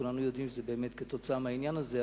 כולנו יודעים שזה באמת עקב העניין הזה,